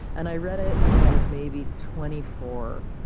and i read it when i was maybe twenty four.